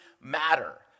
matter